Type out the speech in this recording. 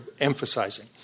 emphasizing